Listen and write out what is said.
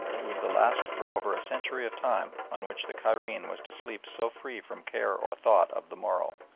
it was the last for over a century of time on which the cairene was to sleep so free from care or thought of the morrow.